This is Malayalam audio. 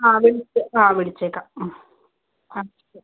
അ വിളിച്ചേ അ വിളിച്ചേക്കാം അ ശരി